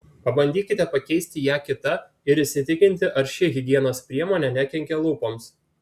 pabandykite pakeisti ją kita ir įsitikinti ar ši higienos priemonė nekenkia lūpoms